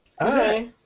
Hi